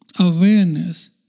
awareness